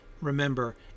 remember